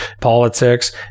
politics